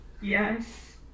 Yes